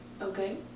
okay